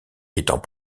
étant